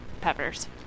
peppers